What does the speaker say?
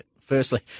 Firstly